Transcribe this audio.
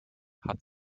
hat